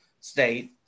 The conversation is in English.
State